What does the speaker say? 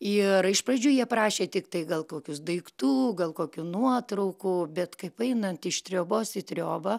ir iš pradžių jie prašė tiktai gal kokius daiktų gal kokių nuotraukų bet kaip ainant iš triobos triobą